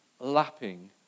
lapping